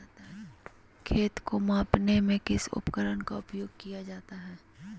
खेत को मापने में किस उपकरण का उपयोग किया जाता है?